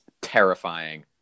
terrifying